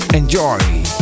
Enjoy